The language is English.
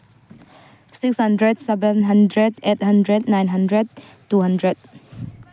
six hundred seven hundred eight hundred nine hundred two hundred